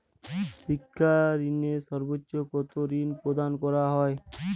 শিক্ষা ঋণে সর্বোচ্চ কতো ঋণ প্রদান করা হয়?